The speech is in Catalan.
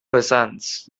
vessants